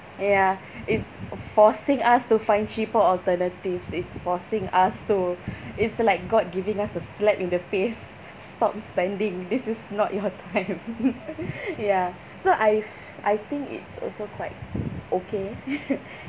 ya it's forcing us to find cheaper alternatives it's forcing us to it's like god giving us a slap in the face stop spending this is not your time ya so I I think it's also quite okay